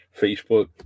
Facebook